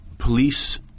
police